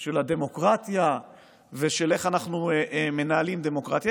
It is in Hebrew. של הדמוקרטיה ואיך אנחנו מנהלים דמוקרטיה,